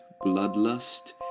Bloodlust